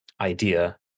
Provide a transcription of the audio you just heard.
idea